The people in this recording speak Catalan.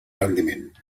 rendiment